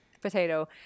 Potato